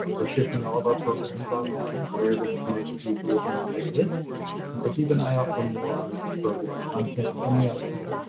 we're shifting all of our programs online so we're able to connect with you through events like this and so keep an eye out for more online program content um yeah out soon.